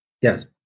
Yes